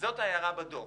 זו ההערה בדוח.